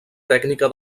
tècnica